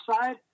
side